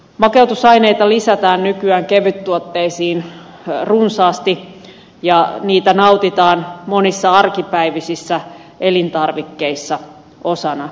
makeutusaineita lisätään nykyään kevyttuotteisiin runsaasti ja niitä nautitaan monissa arkipäiväisissä elintarvikkeissa osana